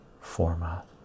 format